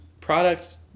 products